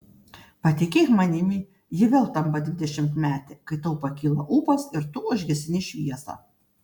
patikėk manimi ji vėl tampa dvidešimtmetė kai tau pakyla ūpas ir tu užgesini šviesą